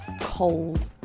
cold